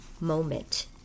moment